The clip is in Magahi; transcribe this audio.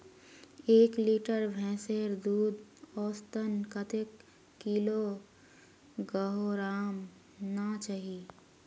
एक लीटर भैंसेर दूध औसतन कतेक किलोग्होराम ना चही?